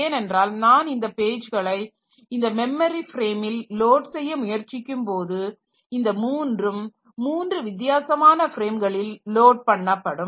ஏனென்றால் நான் இந்த பேஜ்களை இந்த மெமரி ஃப்ரேமில் லோட் செய்ய முயற்சிக்கும் போது இந்த மூன்றும் மூன்று வித்தியாசமான ஃப்ரேம்களில் லோட் பண்ணப்படும்